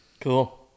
Cool